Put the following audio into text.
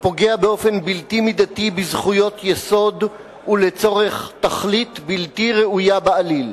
הפוגע באופן בלתי מידתי בזכויות יסוד ולצורך תכלית בלתי ראויה בעליל.